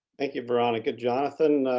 thank you, veronica. johnathan,